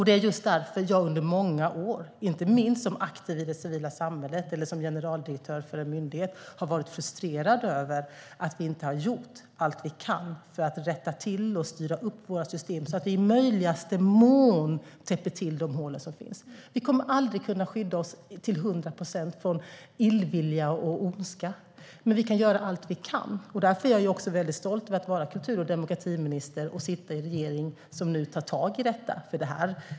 Det är just därför som jag under många år, inte minst som aktiv i det civila samhället eller som general-direktör för en myndighet, har varit frustrerad över att vi inte har gjort allt vi kan för att rätta till och styra upp våra system så att vi i möjligaste mån täpper till de hål som finns. Vi kommer aldrig att kunna skydda oss till 100 procent mot illvilja och ondska. Men vi kan göra allt vi kan. Därför är jag väldigt stolt över att vara kultur och demokratiminister i en regering som nu tar tag i detta.